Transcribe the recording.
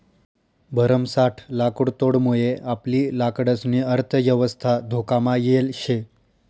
भरमसाठ लाकुडतोडमुये आपली लाकडंसनी अर्थयवस्था धोकामा येल शे